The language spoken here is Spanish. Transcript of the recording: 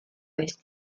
vez